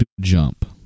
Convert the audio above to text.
jump